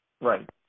Right